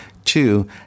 Two